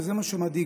וזה מה שמדאיג,